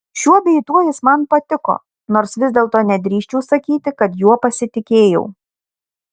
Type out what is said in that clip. šiuo bei tuo jis man patiko nors vis dėlto nedrįsčiau sakyti kad juo pasitikėjau